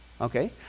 okay